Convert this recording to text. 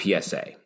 PSA